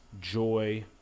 joy